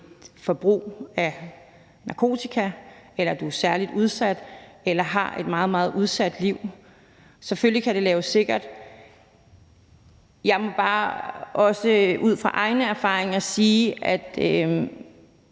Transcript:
forbrug af narkotika eller du er særligt udsat eller har et meget, meget udsat liv. Selvfølgelig kan det laves sikkert, men jeg må også bare ud fra egne erfaringer sige,